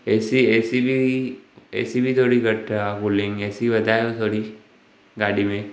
AC AC बि AC बि थोरी घटि आहे कूलिंग एसी वधायोसि वरी गाॾी में